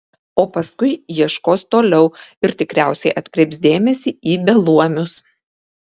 o paskui ieškos toliau ir tikriausiai atkreips dėmesį į beluomius